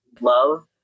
love